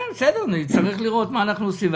בסדר, נצטרך לראות מה אנחנו עושים.